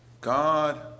God